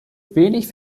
wenig